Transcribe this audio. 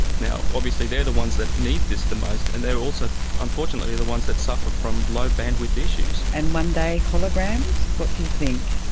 obviously they are the ones that need this the most and they are also unfortunately the ones that suffer from low bandwidth issues. and one day holograms? what do you think?